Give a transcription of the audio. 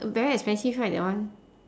very expensive right that one